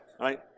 right